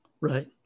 right